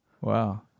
Wow